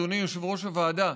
אדוני יושב-ראש הוועדה.